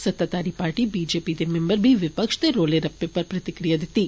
सत्ताधारी party B J P दे मिम्बरें बी विपक्ष दे रोले रप्पे पर प्रक्रिया दिती